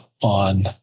on